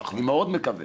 אני מאוד מקווה